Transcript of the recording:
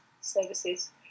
services